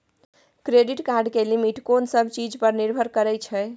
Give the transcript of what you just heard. Credit card के limit कोन सब चीज पर निर्भर करै छै?